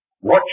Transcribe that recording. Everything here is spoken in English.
Watch